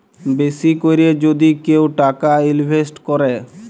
বেশি ক্যরে যদি কেউ টাকা ইলভেস্ট ক্যরে